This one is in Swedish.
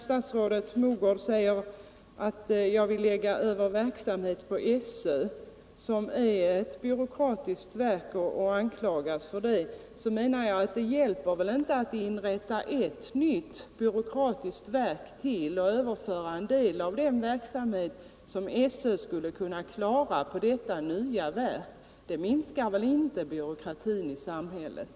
Statsrådet Mogård säger att jag vill lägga över uppgifter på SÖ, som är ett byråkratiskt verk och anklagas för det. Men det hjälper väl inte att inrätta ett nytt byråkratiskt verk och på detta nya verk överföra en del av den verksamhet som SÖ skulle kunna klara. Det minskar väl inte byråkratin i samhället.